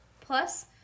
plus